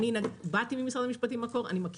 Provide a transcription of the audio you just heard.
אני באתי ממשרד המשפטים במקור,